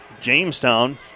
Jamestown